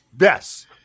Yes